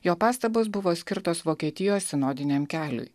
jo pastabos buvo skirtos vokietijos sinodiniam keliui